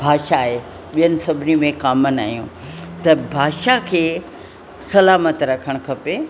भाषा आहे ॿियनि सभिनी में कामन आहियूं त भाषा खे सलामत रखणु खपे